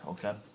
Okay